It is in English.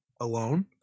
alone